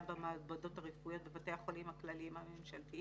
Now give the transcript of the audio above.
במעבדות הרפואיות בבתי החולים הכלליים-הממשלתיים,